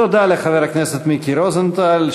תודה לחבר הכנסת מיקי רוזנטל,